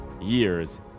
years